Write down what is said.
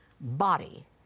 body